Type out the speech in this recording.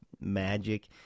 Magic